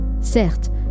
Certes